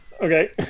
Okay